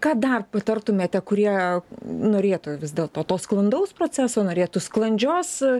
ką dar patartumėte kurie norėtų vis dėlto to sklandaus proceso norėtų sklandžios